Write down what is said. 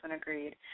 agreed